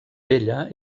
vella